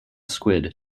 squid